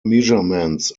measurements